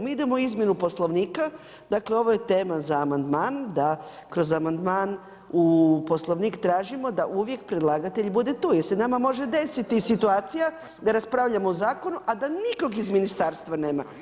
Mi idemo u izmjenu Poslovnika, dakle ovo je tema za amandman, da kroz amandman u Poslovnik tražimo da uvijek predlagatelj bude tu jer se nama može desiti situacija da raspravljamo o zakonu, a da nikog iz ministarstva nema.